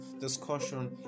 discussion